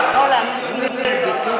לאלעזר.